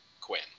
Quinn